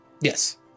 Yes